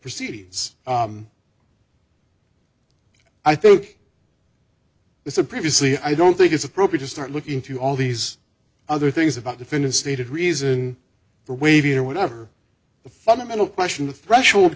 proceeds i think it's a previously i don't think it's appropriate to start looking into all these other things about defendant stated reason for waiving or whatever the fundamental question the threshold